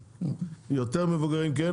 היותר מבוגרים כן,